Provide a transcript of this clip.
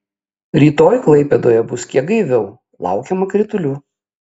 rytoj klaipėdoje bus kiek gaiviau laukiama kritulių